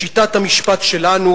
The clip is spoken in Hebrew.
בשיטת המשפט שלנו,